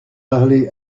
parler